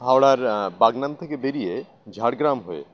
হাওড়ার বাগানান থেকে বেরিয়ে ঝাড়গ্রাম হয়ে